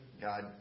God